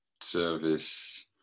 service